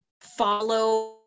follow